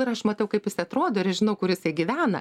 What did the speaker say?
ir aš matau kaip jis atrodo ir aš žinau kur jisai gyvena